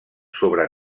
sobre